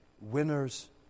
winners